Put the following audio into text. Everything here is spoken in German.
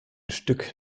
stück